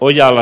ojala